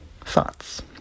thoughts